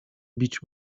bić